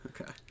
Okay